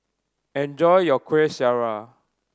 enjoy your Kuih Syara